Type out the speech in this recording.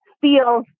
feel